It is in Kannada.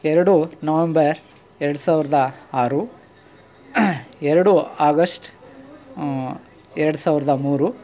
ಎರಡು ನವೆಂಬರ್ ಎರಡು ಸಾವಿರದ ಆರು ಎರಡು ಆಗಸ್ಟ್ ಎರಡು ಸಾವಿರದ ಮೂರು